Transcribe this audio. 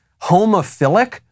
homophilic